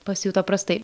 pasijuto prastai